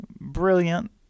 brilliant